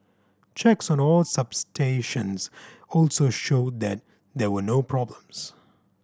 checks on all substations also showed that there were no problems